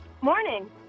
Morning